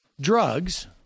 drugs